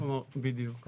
בדיוק.